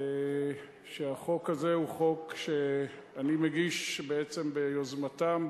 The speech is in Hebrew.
שהחוק הזה הוא חוק שאני מגיש בעצם ביוזמתן,